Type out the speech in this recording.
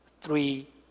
three